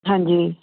ਹਾਂਜੀ ਜੀ